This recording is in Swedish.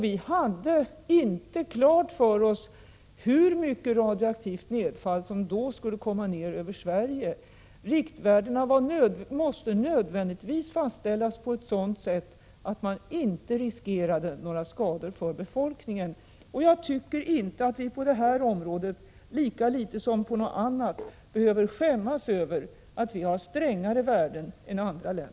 Vi hade inte klart för oss hur mycket radioaktivt nedfall som då skulle komma över Sverige. Riktvärdena måste nödvändigtvis fastställas på ett sådant sätt att man inte riskerade några skador för befolkningen. Och jag tycker inte att vi på det här området — liksom inte heller på något annat — behöver skämmas över att vi har strängare värden.